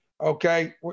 okay